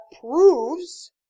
proves